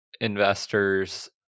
investors